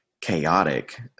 chaotic